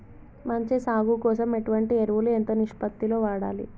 మంచి సాగు కోసం ఎటువంటి ఎరువులు ఎంత నిష్పత్తి లో వాడాలి?